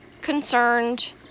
concerned